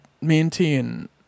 maintain